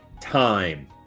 time